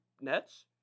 Nets